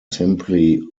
simply